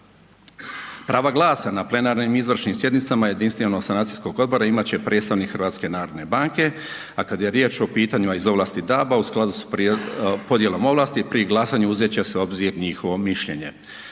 Prava glasa na plenarnim izvršnim sjednicama jedinstvenog sanacijskog odbora imat će predstavnik HNB-a, a kad je riječ o pitanjima iz ovlasti DAB-a u skladu s podjelom ovlasti pri glasanju uzet će se u obzir njihovo mišljenje.